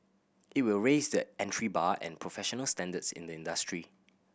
it will raise the entry bar and professional standards in the industry